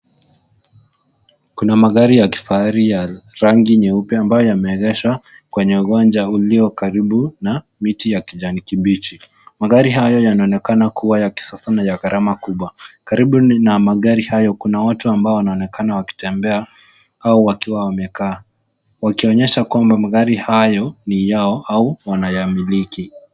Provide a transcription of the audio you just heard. Kuna magari ya kifahari ya rangi nyeupe ambayo yameegeshwa kwenye uwanja ulio karibu na miti ya kijani kibichi. Magari hayo yanaonekana kuwa ya kisasa na ya gharama kubwa. Karibu na magari hayo kuna watu ambao wanaonekana wakitembea au wakiwa wamekaa wakionyesha kwamba magari hayo ni yao au wameyamiliki.